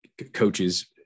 coaches